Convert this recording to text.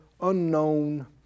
unknown